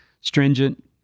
stringent